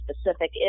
specific